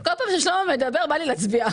בכל פעם ששלמה מדבר בא לי להצביע.